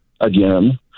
again